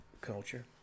culture